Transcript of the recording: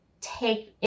take